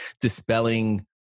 dispelling